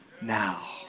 now